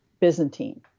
Byzantine